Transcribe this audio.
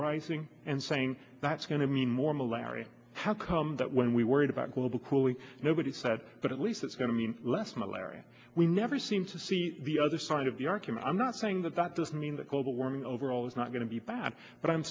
rising and saying that's going to mean more malaria how come that when we worried about global cooling nobody said but at least it's going to mean less malaria we never seem to see the other side of the argument i'm not saying that that doesn't mean that global warming overall is not going to be bad but i'm